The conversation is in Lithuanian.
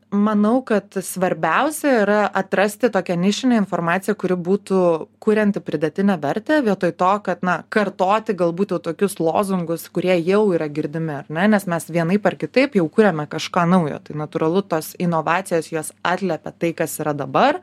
manau kad svarbiausia yra atrasti tokią nišinę informaciją kuri būtų kurianti pridėtinę vertę vietoj to kad na kartoti galbūt jau tokius lozungus kurie jau yra girdimi ar ne nes mes vienaip ar kitaip jau kuriame kažką naujo tai natūralu tos inovacijos jos atliepia tai kas yra dabar